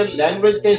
language